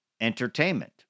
entertainment